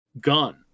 gun